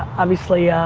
obviously,